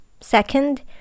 Second